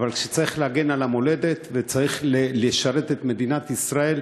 אבל כשצריך להגן על המולדת וצריך לשרת את מדינת ישראל,